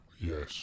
Yes